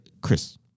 Chris